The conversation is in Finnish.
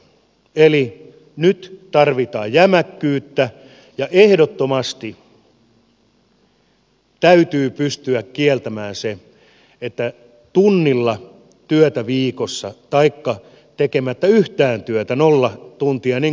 eli nyt tarvitaan jämäkkyyttä ja ehdottomasti täytyy pystyä kieltämään se että tunnilla työtä viikossa taikka tekemättä yhtään työtä nolla tuntia niin kuin on